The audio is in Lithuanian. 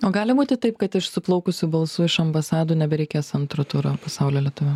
o gali būti taip kad iš suplaukusių balsų iš ambasadų nebereikės antro turo pasaulio lietuviam